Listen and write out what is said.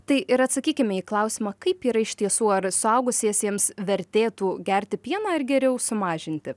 tai ir atsakykime į klausimą kaip yra iš tiesų ar suaugusiesiems vertėtų gerti pieną ar geriau sumažinti